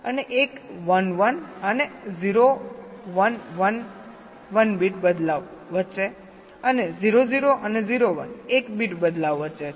અને એક 1 1 અને 0 1 1 બીટ બદલાવ વચ્ચે અને 0 0 અને 0 1 1 બીટ બદલાવ વચ્ચે છે